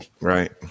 right